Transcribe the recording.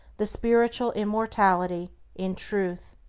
the spiritual immortality in truth.